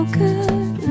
good